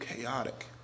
chaotic